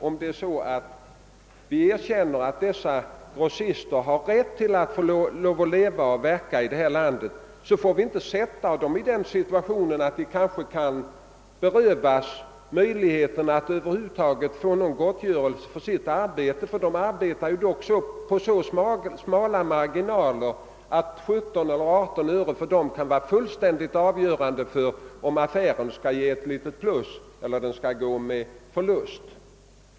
Om vi erkänner att dessa grossister har rätt att leva och verka i detta land får vi inte försätta dem i en sådan situation att de berövas möjligheterna att få gottgörelse för sitt arbete. De arbetar dock med så smala marginaler, att en prisskillnad på 17 eller 18 öre per kg för dem kan vara avgörande för om affären skall ge ett litet plus eller gå med förlust.